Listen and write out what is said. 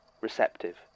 receptive